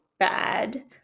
Bad